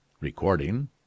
Recording